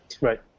Right